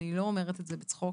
אני לא אומרת את זה בצחוק,